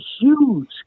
huge